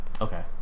okay